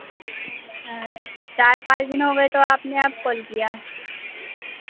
अच्छा चार पाँच दिन हो गए तो आपने अब कॉल किया